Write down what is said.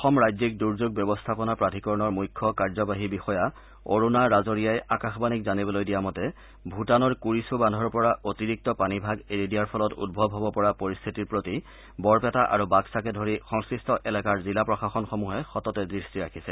অসম ৰাজ্যিক দুৰ্যোগ ব্যৱস্থাপনা প্ৰাধিকৰণৰ মুখ্য কাৰ্যবাহী বিষয়া অৰুণা ৰাজৰিয়াই আকাশবাণীক জানিবলৈ দিয়া মতে ভূটানৰ কুবিখু বাদ্ধৰ পৰা অতিৰিক্ত পানীভাগ এৰি দিয়াৰ ফলত উদ্ভব হব পৰা পৰিস্থিতিৰ প্ৰতি বৰপেটা আৰু বাগসাকে ধৰি সংমিষ্ট এলেকাৰ জিলা প্ৰশাসনসমূহে সততে দৃষ্টি ৰাখিছে